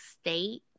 state